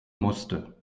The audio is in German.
musste